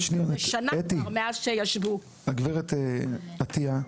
הגברת עטיה,